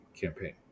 campaign